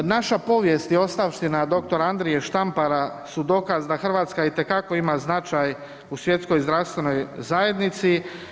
Naša povijest i ostavština dr. Andrije Štampara su dokaz da Hrvatska itekako ima značaj u svjetskoj zdravstvenoj zajednici.